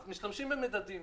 אז משתמשים במדדים.